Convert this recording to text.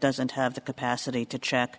doesn't have the capacity to check